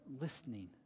listening